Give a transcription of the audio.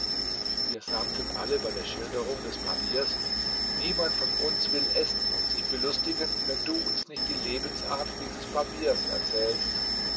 wir sagten alle bei der schilderung des barbiers niemand von uns will essen und sich belustigen wenn du uns nicht die lebensart dieses barbiers erzählst